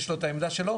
יש לו את העמדה שלו,